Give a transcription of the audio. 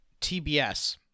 TBS